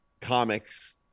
comics